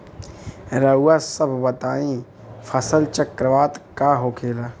रउआ सभ बताई फसल चक्रवात का होखेला?